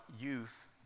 youth